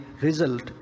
result